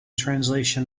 translation